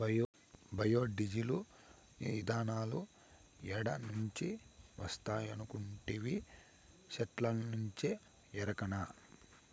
bio diesel, ఇతనాలు ఏడ నుంచి వస్తాయనుకొంటివి, సెట్టుల్నుంచే ఎరకనా